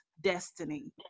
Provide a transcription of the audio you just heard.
destiny